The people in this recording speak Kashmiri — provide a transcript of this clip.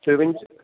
تُہۍ ؤنزِ